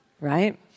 right